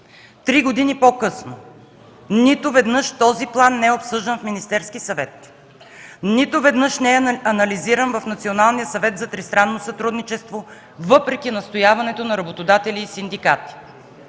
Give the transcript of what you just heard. Три години по-късно – нито веднъж този план не е обсъждан в Министерски съвет, нито веднъж не е анализиран в Националния съвет за тристранно сътрудничество, въпреки настояването на работодатели и синдикати.